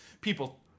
people